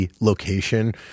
location